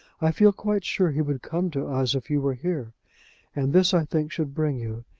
i feel quite sure he would come to us if you were here and this, i think, should bring you,